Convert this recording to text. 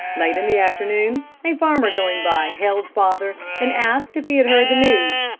late in the afternoon, a farmer going by hailed father, and asked if he'd heard the news.